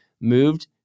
moved